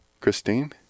Christine